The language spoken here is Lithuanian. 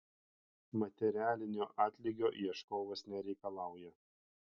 materialinio atlygio ieškovas nereikalauja